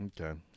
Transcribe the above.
Okay